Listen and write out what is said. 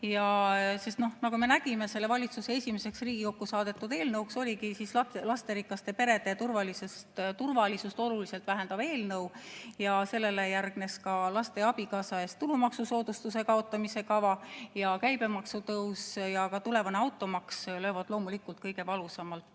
ära võtta. Nagu me nägime, selle valitsuse esimene Riigikokku saadetud eelnõu oligi lasterikaste perede turvalisust oluliselt vähendav eelnõu, sellele järgnes ka laste ja abikaasa eest tulumaksusoodustuse kaotamise kava. Ka käibemaksu tõus ja tulevane automaks löövad loomulikult kõige valusamalt